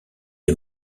est